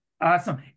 Awesome